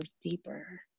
deeper